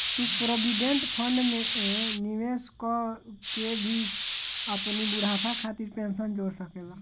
तू provident fund में निवेश कअ के भी अपनी बुढ़ापा खातिर पेंशन जोड़ सकेला